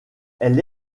elle